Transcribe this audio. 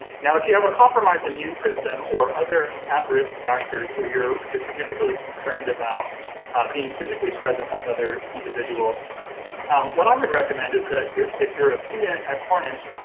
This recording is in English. now if you have a compromised immune system or other at-risk factors where you're you're significantly concerned about being physically present with other individuals what i would recommend is that if you're a student at cornish,